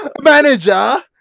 manager